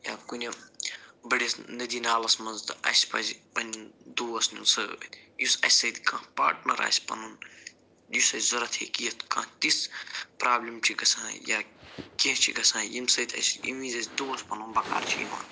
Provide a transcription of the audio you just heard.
یا کُنہِ بٔڑِس نٔدی نالَس منٛز تہٕ اَسہِ پَزِ پَنٕنۍ دوس نیُن سۭتۍ یُس اَسہِ سۭتۍ کانٛہہ پاٹنَر آسہِ پَنُن یُس اَسہِ ضوٚرَتھ ہٮ۪کہِ یِتھ کانٛہہ تِژھ پرٛابلِم چھِ گژھان یا کیٚنہہ چھِ گژھان ییٚمہِ سۭتۍ أسۍ ییٚمہِ وِزِ أسۍ دوس پَنُن بکار چھِ یِوان